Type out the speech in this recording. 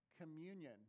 communion